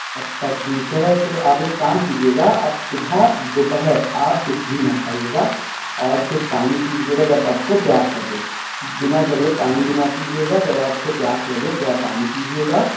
اچھا ٹھیک ہے تو آپ ایک کام کیجیے گا آپ صبح دوپہر آپ کچھ بھی نہ کھائیے گا اور صرف پانی پیجیے گا جب آپ کو پیاس لگے بنا ضرورت پانی بھی نہ پیجیے گا جب آپ کو پیاس لگے تو آپ پانی پیجیے گا